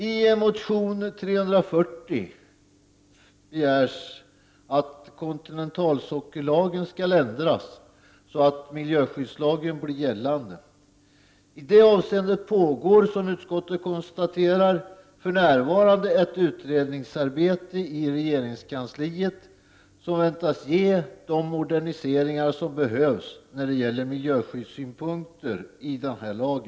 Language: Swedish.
I motion nr 340 begärs att kontinentalsockellagen skall ändras, så att miljöskyddslagen blir gällande. I detta avseende pågår, som utskottet konstaterar, för närvarande ett utredningsarbete i regeringskansliet, som väntas ge de moderniseringar som behövs när det gäller miljöskyddssynpunkter i denna lag.